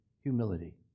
humility